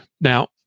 Now